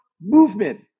movement